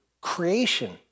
creation